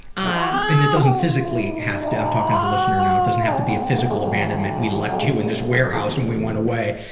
um and it doesn't physically have to, and i'm talking to to listeners now, it doesn't have to be a physical abandonment, we left you in this warehouse and we went away.